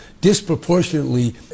disproportionately